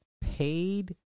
paid